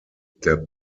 der